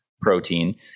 protein